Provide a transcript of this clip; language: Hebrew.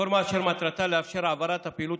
רפורמה אשר מטרתה לאפשר העברת הפעילות